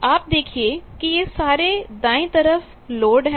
आप देखिए कि यह सारा दाएं तरफ लोड है